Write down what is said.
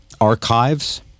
archives